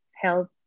health